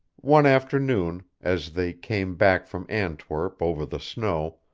one afternoon, as they came back from antwerp over the snow,